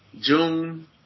june